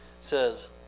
says